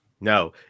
No